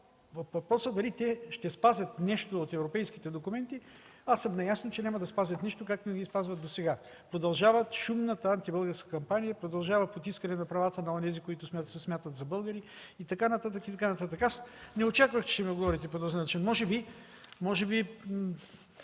въпроса дали те ще спазят нещо от европейските документи, аз съм наясно, че няма да спазят нищо, както не ги спазват и досега, продължават шумната антибългарска кампания, продължава потискане на правата на онези, които се смятат за българи и така нататък, и така нататък. Не очаквах, че ще ми отговорите по този начин. Може би